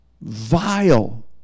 vile